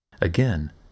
Again